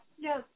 Yes